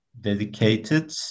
dedicated